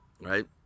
right